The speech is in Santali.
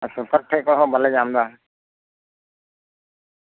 ᱟᱨ ᱥᱚᱨᱠᱟᱨ ᱴᱷᱮᱱ ᱠᱷᱚᱱ ᱦᱚᱸ ᱵᱟᱞᱮ ᱧᱟᱢ ᱫᱟ